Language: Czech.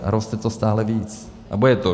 A roste to stále víc a bude to růst.